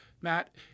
Matt